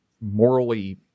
morally